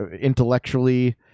intellectually